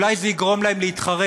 אולי זה יגרום להם להתחרט.